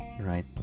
right